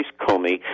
Comey